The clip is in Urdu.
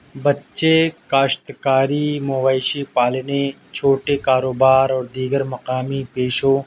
بچے کاشتکاری مویشی پالنے چھوٹے کاروبار اور دیگر مقامی پیشوں